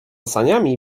saniami